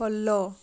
follow